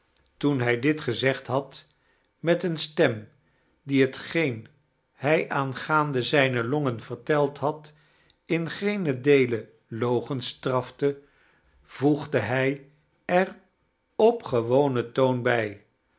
tom hij doit gazegd hiad met een stem die hetgean hij amgaande zijne longen veirteld had in geenen deele logenistirafte voegde hij er op gewonen toon bij